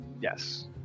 Yes